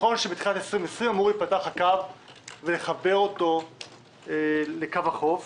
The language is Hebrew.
נכון שבתחילת 2020 אמור להיפתח הקו ולחבר אותו לקו החוף,